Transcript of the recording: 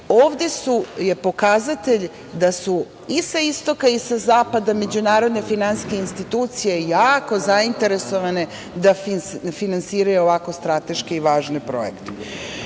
ovde je pokazatelj da su i sa istoka i sa zapada međunarodne finansijske institucije jako zainteresovane da finansiraju ovako strateški važne projekte. Govorimo,